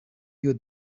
you